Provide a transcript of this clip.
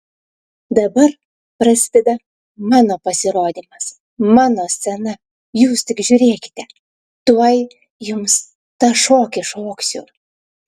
dabar prasideda mano pasirodymas mano scena jūs tik žiūrėkite tuoj jums tą šokį šoksiu